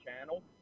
channel